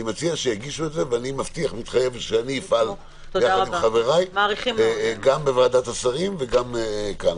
אני מציע שיגישו את זה ומבטיח שנפעל עם חבריי גם בוועדת השרים וגם כאן.